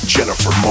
Jennifer